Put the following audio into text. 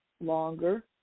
longer